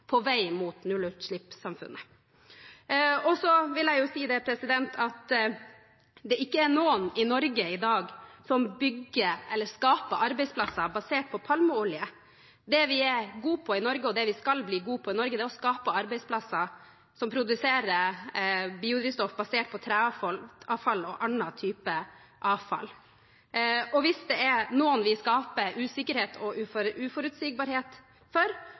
på vei mot nullutslippssamfunnet. Det er ingen i Norge i dag som bygger eller skaper arbeidsplasser basert på palmeolje. Det vi er og skal bli gode på i Norge, er å skape arbeidsplasser som produserer biodrivstoff basert på treavfall og annen type avfall. Og hvis det er noen vi skaper usikkerhet og uforutsigbarhet for,